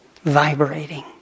vibrating